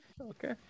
Okay